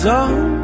on